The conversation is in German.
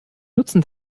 nutzen